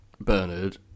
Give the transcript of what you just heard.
Bernard